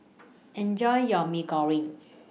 Enjoy your Mee Goreng